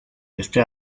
este